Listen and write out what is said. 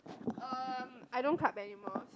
um I don't club anymore so